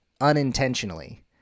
unintentionally